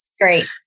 great